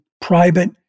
private